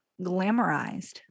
glamorized